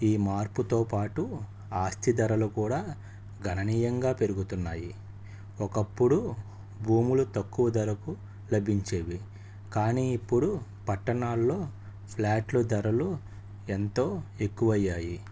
ఈ మార్పుతో పాటు ఆస్తి ధరలు కూడా గణనీయంగా పెరుగుతున్నాయి ఒకప్పుడు భూములు తక్కువ ధరకు లభించేవి కానీ ఇప్పుడు పట్టణాల్లో ఫ్లాట్లు ధరలు ఎంతో ఎక్కువయ్యాయి